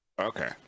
Okay